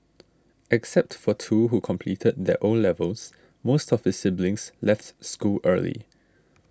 except for two who completed their O levels most of his siblings left school early